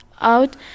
out